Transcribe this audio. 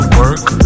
work